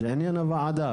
זה עניין הוועדה,